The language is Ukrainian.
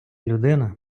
людина